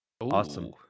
Awesome